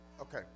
okay